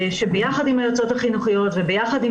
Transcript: שביחד עם היועצות החינוכיות וביחד עם